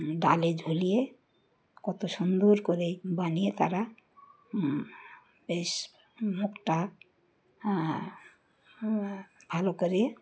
ডালে ঝুলিয়ে কত সুন্দর করে বানিয়ে তারা বেশ মুখটা ভালো করে